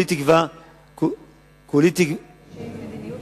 שתהיה מדיניות